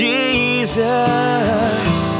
Jesus